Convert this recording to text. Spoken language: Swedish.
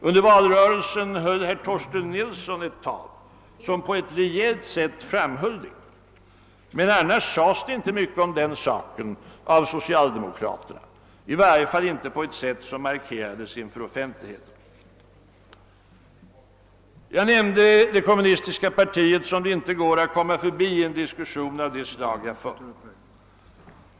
Under valrörelsen höll herr Torsten Nilsson ett tal som på ett rejält sätt framhöll detta, men annars sades det inte mycket om den saken av socialdemokraterna, i varje fall inte på ett sätt som markerades inför offentligheten. Jag nämnde det kommunistiska partiet som det inte går att komma förbi i en diskussion av det slag jag fört.